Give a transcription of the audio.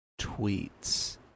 tweets